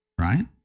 Right